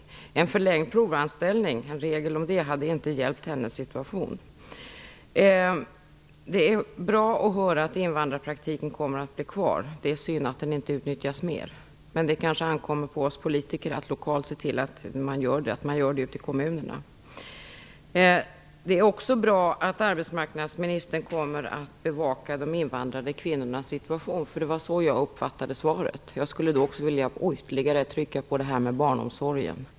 En regel om förlängd provanställningstid hade inte hjälpt hennes situation. Det är bra att höra att invandrarpraktiken kommer att finnas kvar. Det är synd att den inte utnyttjas mer. Men det kanske ankommer på oss politiker att lokalt se till att det händer något i kommunerna. Det är också bra att arbetsmarknadsministern kommer att bevaka situationen för invandrarkvinnorna. Det var så jag uppfattade svaret. Jag skulle vilja ytterliga trycka på frågan om barnomsorgen.